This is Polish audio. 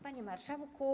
Panie Marszałku!